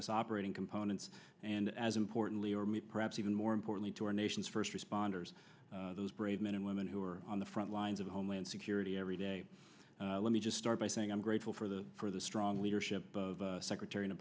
s operating components and as importantly army perhaps even more importantly to our nation's first responders those brave men and women who are on the front lines of homeland security every day let me just start by saying i'm grateful for the for the strong leadership of secretary